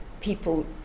people